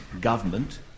government